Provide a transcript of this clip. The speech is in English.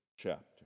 chapter